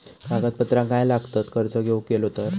कागदपत्रा काय लागतत कर्ज घेऊक गेलो तर?